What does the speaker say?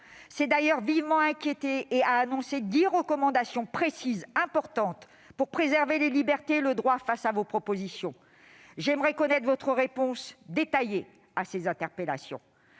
s'est vivement inquiétée et a énoncé dix recommandations précises, importantes pour préserver les libertés et le droit face à vos propositions. J'aimerais connaître votre réponse détaillée à ces interpellations.